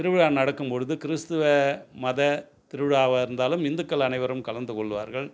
திருவிழா நடக்கும்பொழுது கிறிஸ்துவ மத திருவிழாவாக இருந்தாலும் இந்துக்கள் அனைவரும் கலந்து கொள்ளுவார்கள்